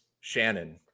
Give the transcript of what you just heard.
Shannon